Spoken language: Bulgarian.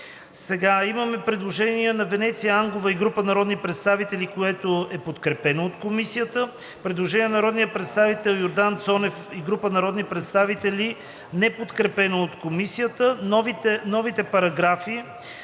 г.“ Има предложение на Венеция Ангова и група народни представители, което е подкрепено от Комисията. Предложение на народния представител Йордан Цонев и група народни представители, неподкрепено от Комисията. „Новите параграфи